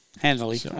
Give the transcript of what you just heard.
Handily